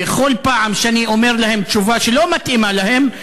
ובכל פעם שאני אומר להם תשובה שלא מתאימה להם הם